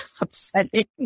upsetting